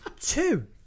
two